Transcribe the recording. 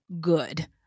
good